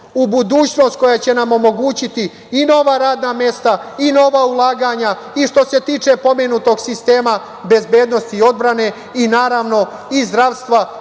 u budućnost koja će nam omogućiti i nova radna mesta i nova ulaganja i što se tiče pomenutog sistema bezbednosti i odbrane i, naravno, zdravstva